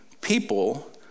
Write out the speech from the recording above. people